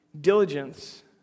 diligence